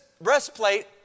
breastplate